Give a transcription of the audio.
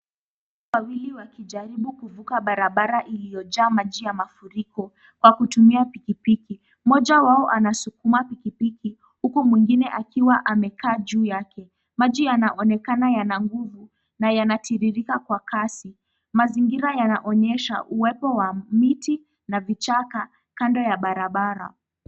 Watu wawili wakijaribu kuvuka barabara iliyojaa maji ya mafuriko kwa kutumia pikipiki. Mmoja wao anasukuma pikipiki, huku mwingine akiwa amekaa juu yake. Maji yanaonekana yana nguvu na yanatiririka kwa kasi. Mazingira yanaonesha uwepo wa miti na vichaka kando ya barabara.